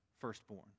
firstborn